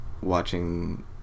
watching